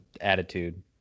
attitude